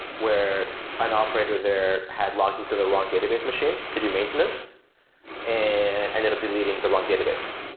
where an operator there had logged in to the wrong database machine to do maintenance and ended up deleting the wrong database